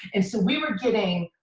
and so we were getting.